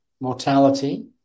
mortality